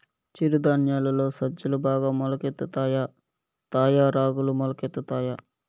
చిరు ధాన్యాలలో సజ్జలు బాగా మొలకెత్తుతాయా తాయా రాగులు మొలకెత్తుతాయా